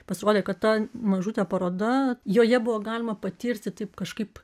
pasirodė kad ta mažutė paroda joje buvo galima patirti taip kažkaip